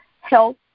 health